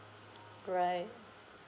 right